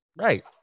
Right